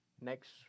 next